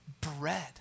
bread